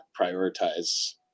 prioritize